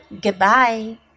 goodbye